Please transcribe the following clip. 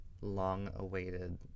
long-awaited